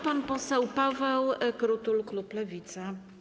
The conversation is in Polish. Pan poseł Paweł Krutul, klub Lewica.